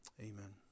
amen